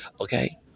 Okay